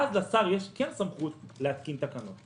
ואז לשר יש כן סמכות להתקין תקנות.